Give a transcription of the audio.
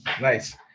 Nice